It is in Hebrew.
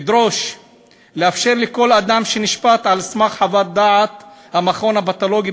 אדרוש לאפשר לכל אדם שנשפט על סמך חוות דעת המכון הפתולוגי